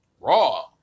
Raw